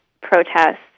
protests